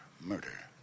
murder